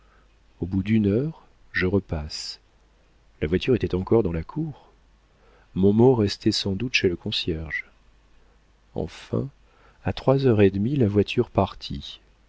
au bout d'une heure je repasse la voiture était encore dans la cour mon mot restait sans doute chez le concierge enfin à trois heures et demie la voiture partit